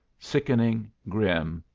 sickening, grim,